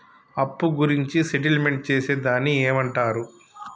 అప్పు గురించి సెటిల్మెంట్ చేసేదాన్ని ఏమంటరు?